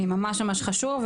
ממש ממש חשוב,